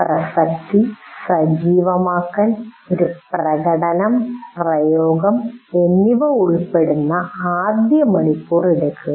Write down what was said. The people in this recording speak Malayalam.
പ്രസക്തി സജീവമാക്കൽ ഒരു പ്രകടനം പ്രയോഗം എന്നിവ ഉൾപ്പെടുന്ന ആദ്യ മണിക്കൂർ എടുക്കുക